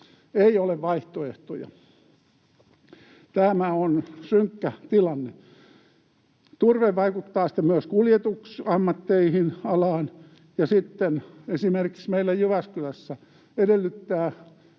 Ei ole vaihtoehtoja. Tämä on synkkä tilanne. Turve vaikuttaa myös kuljetusalaan ja sitten esimerkiksi meillä Jyväskylässä edellyttää